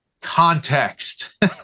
context